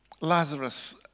Lazarus